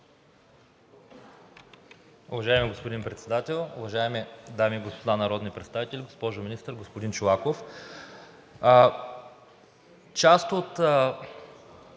Уважаеми господин Председател, уважаеми дами и господа народни представители, госпожо Министър! Господин Чолаков, част от